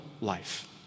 life